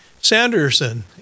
Sanderson